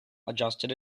adjusted